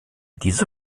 diese